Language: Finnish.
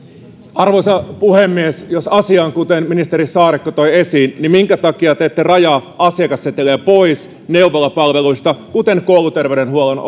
arvoisa puhemies jos asia on kuten ministeri saarikko toi esiin niin minkä takia te ette rajaa asiakasseteliä pois neuvolapalveluista kuten kouluterveydenhuollon